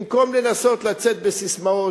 במקום לנסות לצאת בססמאות,